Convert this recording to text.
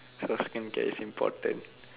so skincare is important